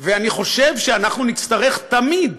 ואני חושב שאנחנו נצטרך תמיד